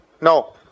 No